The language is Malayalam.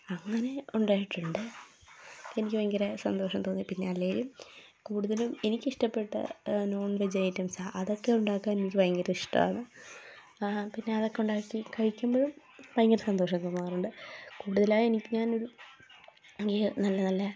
അങ്ങനെ ഉണ്ടായിട്ടുണ്ട് എനിക്ക് ഭയങ്കര സന്തോഷം തോന്നി പിന്നെ അല്ലെങ്കിലും കൂടുതലും എനിക്കിഷ്ടപ്പെട്ട നോൺ വെജ് ഐറ്റംസ് ആണ് അതൊക്കെ ഉണ്ടാക്കാൻ എനിക്ക് ഭയങ്കര ഇഷ്ടമാണ് പിന്നെ അതൊക്കെ ഉണ്ടാക്കി കഴിക്കുമ്പോഴും ഭയങ്കര സന്തോഷം തോന്നാറുണ്ട് കൂടുതലായി എനിക്ക് ഞാനൊരു ഈ നല്ല നല്ല